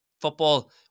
football